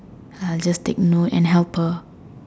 I'll just take note and help her